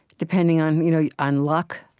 depending on you know yeah on luck.